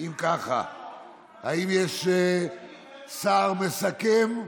אם כך, האם יש שר מסכם?